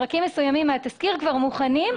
פרקים מסוימים מהתסקיר כבר מוכנים,